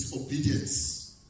obedience